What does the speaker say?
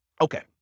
Okay